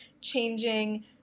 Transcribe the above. changing